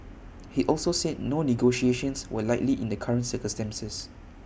he also said no negotiations were likely in the current circumstances